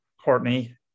Courtney